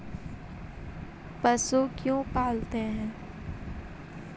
पशु क्यों पालते हैं?